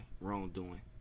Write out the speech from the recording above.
wrongdoing